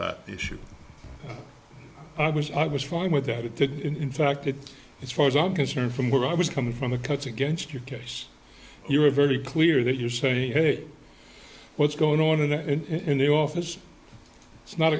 that issue i was i was fine with that it did in fact it as far as i'm concerned from where i was coming from the cuts against your case you were very clear that you're saying hey what's going on in there in the office it's not